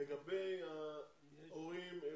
לגבי ההורים,